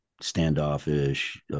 standoffish